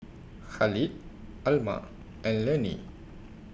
Khalid Alma and Lanny